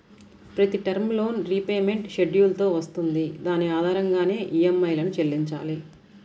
ప్రతి term loan repayment schedule తో వస్తుంది దాని ఆధారంగానే ఈఎంఐలను చెల్లించాలి